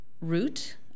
root